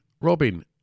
Robin